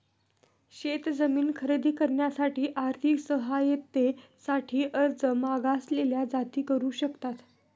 शेत जमीन खरेदी करण्यासाठी आर्थिक सहाय्यते साठी अर्ज मागासलेल्या जाती करू शकतात